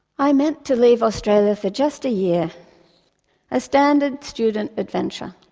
i meant to leave australia for just a year a standard student adventure.